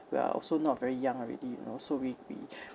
we are also not very young already you know so we we